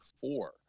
four